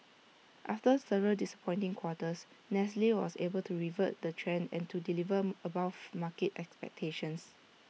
after several disappointing quarters nestle was able to revert the trend and to deliver above market expectations